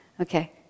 Okay